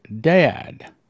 dad